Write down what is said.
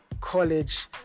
college